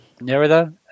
Nerida